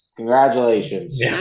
Congratulations